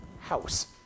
house